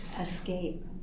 Escape